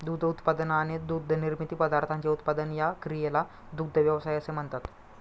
दूध उत्पादन आणि दुग्धनिर्मित पदार्थांचे उत्पादन या क्रियेला दुग्ध व्यवसाय असे म्हणतात